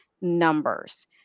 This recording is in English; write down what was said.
numbers